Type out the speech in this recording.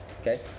Okay